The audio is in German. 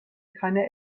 keine